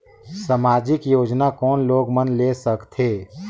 समाजिक योजना कोन लोग मन ले सकथे?